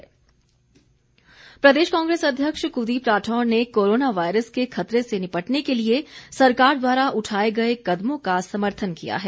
कांग्रेस प्रदेश कांग्रेस अध्यक्ष कुलदीप राठौर ने कोरोना वायरस के खतरे से निपटने के लिए सरकार द्वारा उठाए गए कदमों का समर्थन किया है